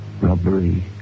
robbery